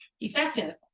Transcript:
effective